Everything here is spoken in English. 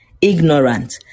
ignorant